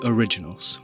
Originals